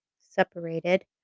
separated